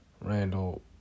Randall